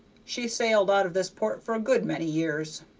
she sailed out of this port for a good many years.